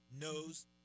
knows